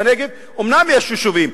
בנגב אומנם יש יישובים,